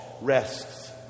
rests